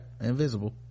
invisible